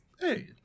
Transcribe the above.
hey